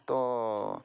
ତ